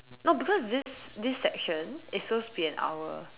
no because this this section is supposed to be an hour